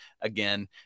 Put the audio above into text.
again